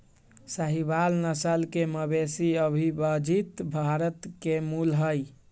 साहीवाल नस्ल के मवेशी अविभजित भारत के मूल हई